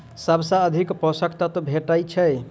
सबसँ अधिक पोसक तत्व भेटय छै?